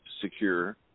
secure